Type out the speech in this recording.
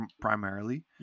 primarily